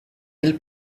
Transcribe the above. île